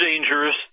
dangerous